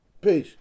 Peace